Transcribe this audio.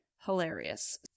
hilarious